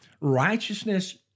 righteousness